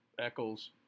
Eccles